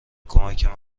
کمک